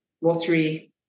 watery